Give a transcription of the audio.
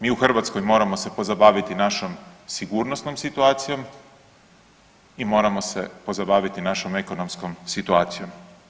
Mi u Hrvatskoj moramo se pozabaviti našom sigurnosnom situacijom i moram se pozabaviti našom ekonomskom situacijom.